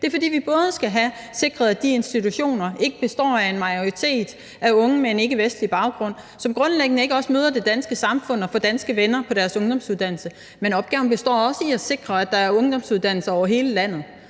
det er, fordi vi både skal have sikret, at de institutioner ikke består af en majoritet af unge med ikkevestlig baggrund, som grundlæggende ikke møder det danske samfund og får danske venner på deres ungdomsuddannelse. Men opgaven består også i at sikre, at der er ungdomsuddannelser over hele landet,